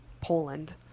Poland